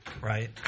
Right